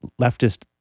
leftist